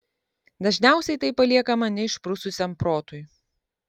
dažniausiai tai paliekama neišprususiam protui